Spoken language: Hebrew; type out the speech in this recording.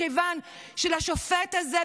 מכיוון שלשופט הזה,